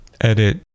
edit